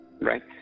right